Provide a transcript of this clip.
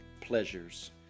pleasures